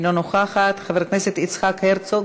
אינה נוכחת, חבר הכנסת יצחק הרצוג,